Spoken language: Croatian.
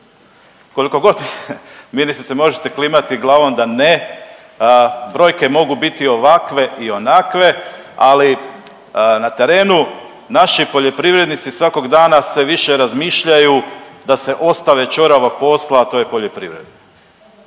Koliko god, ministrice možete klimati glavom da ne, brojke mogu biti ovakve i onakve, ali na terenu naši poljoprivrednici svakog dana sve više razmišljaju da se ostave ćoravog posla, a to je poljoprivreda.